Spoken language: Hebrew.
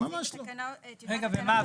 רגע, ומה?